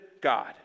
God